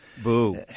Boo